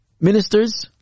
ministers